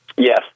Yes